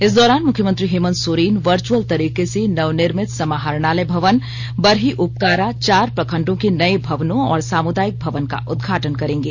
इस दौरान मुख्यमंत्री हेमन्त सोरेन वर्चअल तरीके से नवनिर्मित समाहरणालय भवन बरही उपकारा चार प्रखंडों के नए भवनों और सामुदायिक भवन का उदघाटन करेंगे